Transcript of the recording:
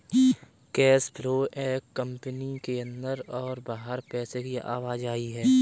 cash flow एक company के अंदर और बाहर पैसे की आवाजाही है